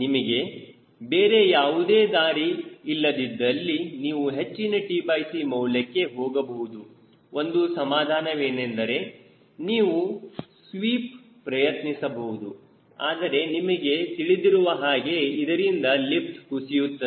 ನಿಮಗೆ ಬೇರೆ ಯಾವುದೇ ದಾರಿ ಇಲ್ಲದಿದ್ದಲ್ಲಿ ನೀವು ಹೆಚ್ಚಿನ tc ಮೌಲ್ಯಕ್ಕೆ ಹೋಗಬಹುದು ಒಂದು ಸಮಾಧಾನವೆಂದರೆ ನೀವು ಸ್ವೀಪ್ಪ್ರಯತ್ನಿಸಬಹುದು ಆದರೆ ನಿಮಗೆ ತಿಳಿದಿರುವ ಹಾಗೆ ಇದರಿಂದ ಲಿಫ್ಟ್ ಕುಸಿಯುತ್ತದೆ